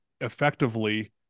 effectively